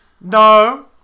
No